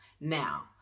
Now